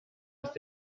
ist